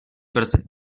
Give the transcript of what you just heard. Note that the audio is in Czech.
brzy